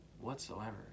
whatsoever